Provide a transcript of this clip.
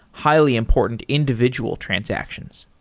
highly important individual transactions.